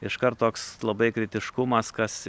iškart toks labai kritiškumas kas